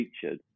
featured